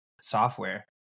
software